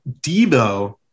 Debo